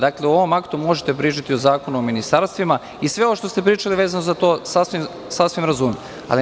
Dakle, u ovom aktu možete pričati o Zakonu o ministarstvima, i sve ovo što ste pričali vezano za to, sasvim razumem.